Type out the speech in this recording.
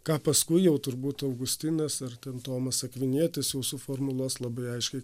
ką paskui jau turbūt augustinas ar ten tomas akvinietis jau suformuluos labai aiškiai